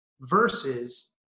Versus